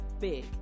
big